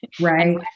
right